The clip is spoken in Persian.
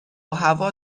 هوا